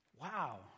Wow